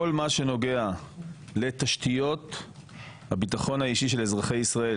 כל מה שנוגע לתשתיות הביטחון האישי של אזרחי ישראל,